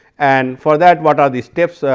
and for that what are the steps,